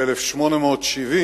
ב-1870